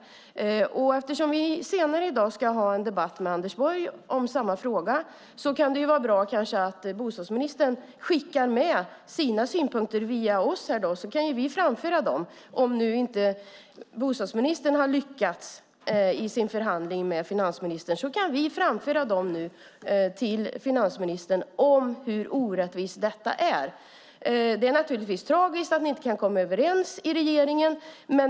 Eftersom vi senare i dag ska ha en debatt med Anders Borg om samma fråga kan det kanske vara bra att bostadsministern skickar med sina synpunkter via oss, så kan vi framföra dem. Om nu inte bostadsministern har lyckats i sin förhandling med finansministern kan vi framföra till finansministern hur orättvist detta är. Det är naturligtvis tragiskt att ni inte kan komma överens i regeringen.